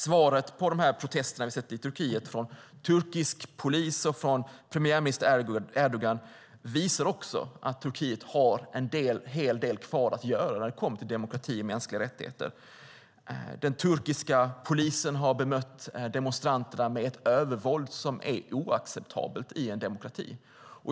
Svaret på de protester som vi har sett i Turkiet från turkisk polis och från premiärminister Erdogan visar att Turkiet har en hel del kvar att göra när det kommer till demokrati och mänskliga rättigheter. Den turkiska polisen har bemött demonstranterna med ett övervåld som är oacceptabelt i en demokrati.